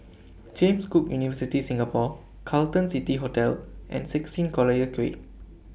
James Cook University Singapore Carlton City Hotel and sixteen Collyer Quay